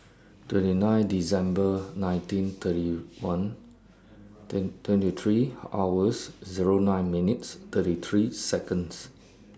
twenty nine December nineteen thirty one twenty three hours Zero nine minutes thirty three Seconds